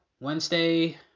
Wednesday